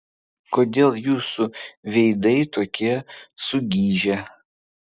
kodėl jūsų veidai tokie sugižę